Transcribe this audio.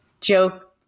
joke